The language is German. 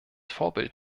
vorbild